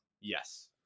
Yes